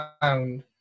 found